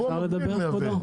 היבוא המקביל מייבא,